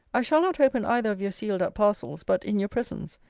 i shall not open either of your sealed-up parcels, but in your presence.